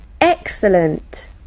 Excellent